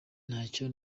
ntacyo